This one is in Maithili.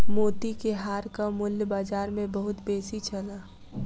मोती के हारक मूल्य बाजार मे बहुत बेसी छल